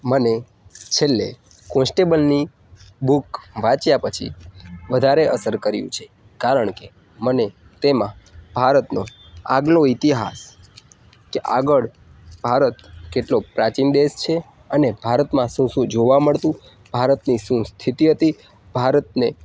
મને છેલ્લે કોન્સ્ટેબલની બુક વાંચ્યા પછી વધારે અસર કર્યું છે કારણ કે મને તેમાં ભારતનો આગલો ઈતિહાસ કે આગળ ભારત કેટલો પ્રાચીન દેશ છે અને ભારતમાં શું શું જોવા મળશે ભારતની શું સ્થિતિ હતી ભારતને